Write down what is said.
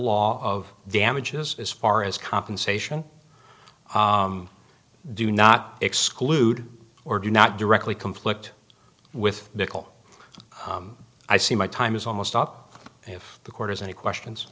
law of damages as far as compensation do not exclude or do not directly conflict with nicole i see my time is almost up if the court has any questions